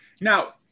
now